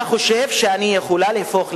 אתה חושב שאני יכולה להפוך לגזענית?